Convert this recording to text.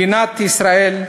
מדינת ישראל,